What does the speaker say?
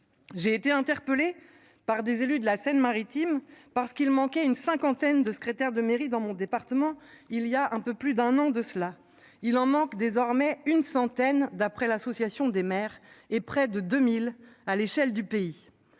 J'ai été interpellée par des élus de la Seine Maritime, parce qu'il manquait une cinquantaine de secrétaire de mairie dans mon département, il y a un peu plus d'un an de cela, il en manque désormais une centaine d'après l'Association des maires et près de 2000 à l'échelle du pays,